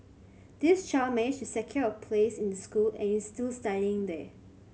this child managed to secure a place in the school and is still studying there